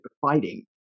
fighting